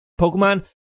Pokemon